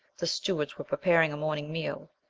the stewards were preparing a morning meal.